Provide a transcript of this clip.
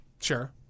Sure